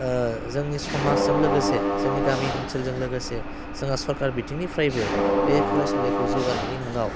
ओह जोंनि समाजजों लोगोसे जोंनि गामि ओनसोलजों लोगोसे जोङा सरकार बिथिंनिफ्रायबो बे फरायसालिखौ जौगानायनि मुङाव